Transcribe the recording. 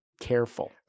careful